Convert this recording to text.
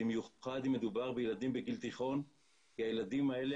במיוחד אם מדובר בילדים בגיל תיכון כי הילדים האלה